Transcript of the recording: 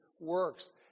works